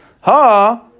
Ha